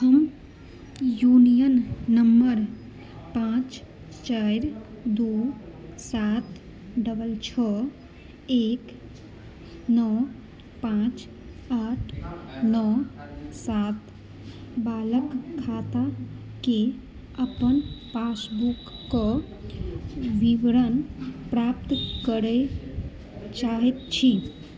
हम union number पाँच चारि दू सात डबल छओ एक नओ पाँच आठ नओ सात बालक खाताके अपन पासबुकके विवरण प्राप्त करय चाहैत छी